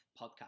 podcast